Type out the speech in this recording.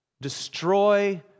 destroy